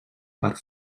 per